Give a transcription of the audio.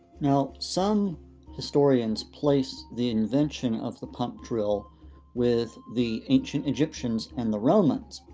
now, some historians place the invention of the pump drill with the ancient egyptians and the romans,